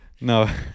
no